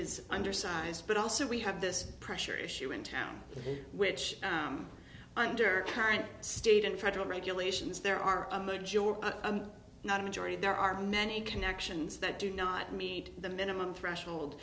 is undersized but also we have this pressure issue in town which under current state and federal regulations there are a majority not a majority there are many connections that do not meet the minimum threshold